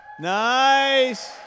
Nice